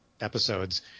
episodes